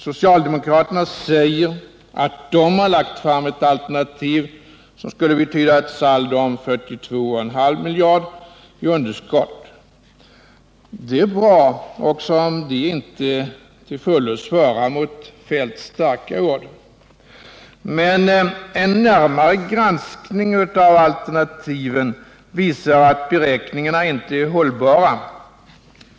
Socialdemokraterna säger att de har lagt fram ett alternativ som skulle betyda ett saldo på 42,5 miljarder i underskott. Det är bra, även om det inte till fullo svarar mot Kjell-Olof Feldts starka ord. Men en närmare granskning av alternativen visar att beräkningarna inte är hållbara.